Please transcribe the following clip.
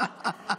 לא, לא.